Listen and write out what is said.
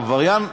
עבריין מקצועי,